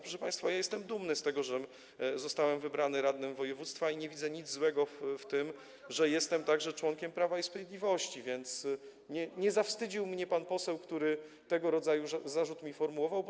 Proszę państwa, ja jestem dumny z tego, że zostałem wybrany radnym województwa, i nie widzę nic złego w tym, że jestem także członkiem Prawa i Sprawiedliwości, więc nie zawstydził mnie pan poseł, który sformułował tego rodzaju zarzut wobec mnie.